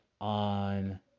on